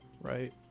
Right